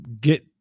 get